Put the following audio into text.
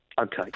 Okay